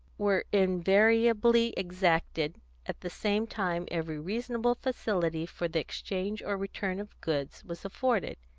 were invariably exacted at the same time every reasonable facility for the exchange or return of goods was afforded.